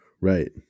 right